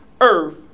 earth